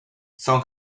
son